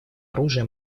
оружия